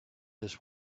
this